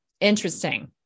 Interesting